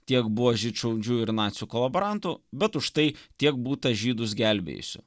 tiek buvo žydšaudžių ir nacių kolaborantų bet užtai tiek būta žydus gelbėjusių